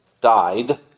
died